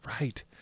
Right